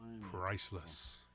priceless